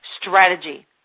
strategy